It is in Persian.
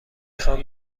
خوام